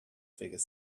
figure